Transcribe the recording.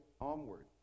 onward